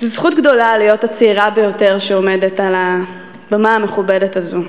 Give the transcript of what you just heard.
זו זכות גדולה להיות הצעירה ביותר שעומדת על הבמה המכובדת הזאת.